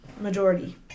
Majority